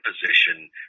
position